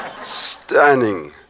stunning